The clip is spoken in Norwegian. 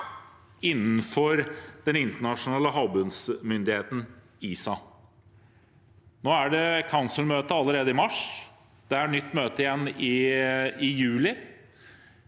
innenfor den internasjonale havbunnsmyndigheten, ISA. Det er rådsmøte allerede i mars, og det er nytt møte igjen i juli.